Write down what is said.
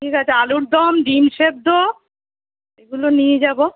ঠিক আছে আলুর দম ডিম সেদ্ধ এগুলো নিয়ে যাবো